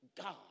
God